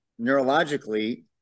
neurologically